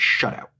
shutout